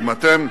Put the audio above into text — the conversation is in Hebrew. אם אתם,